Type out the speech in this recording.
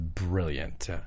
Brilliant